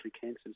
cancers